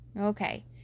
Okay